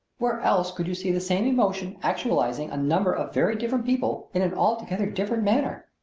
where else could you see the same emotion actuating a number of very different people in an altogether different manner?